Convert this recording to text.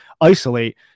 isolate